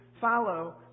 follow